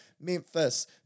Memphis